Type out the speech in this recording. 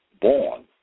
born